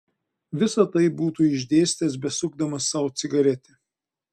visa tai būtų išdėstęs besukdamas sau cigaretę